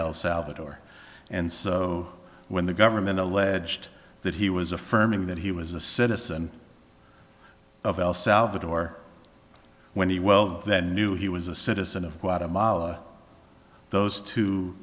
el salvador and so when the government alleged that he was affirming that he was a citizen of el salvador when he well knew he was a citizen of